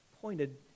pointed